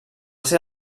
ser